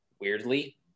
Weirdly